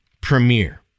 Premiere